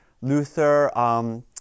Luther